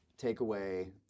takeaway